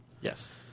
Yes